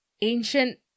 ancient